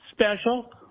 special